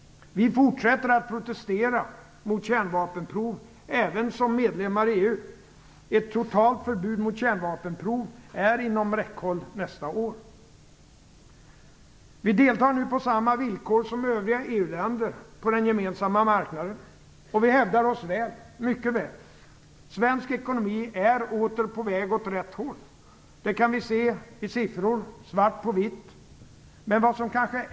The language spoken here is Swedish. Vi fortsätter att protestera mot kärnvapenprov, även som medlemmar i EU. Ett totalt förbud mot kärnvapenprov är inom räckhåll nästa år. Vi deltar nu på samma villkor som övriga EU länder på den gemensamma marknaden, och vi hävdar oss mycket väl. Svensk ekonomi är åter på väg åt rätt håll. Det kan vi se i siffror, svart på vitt.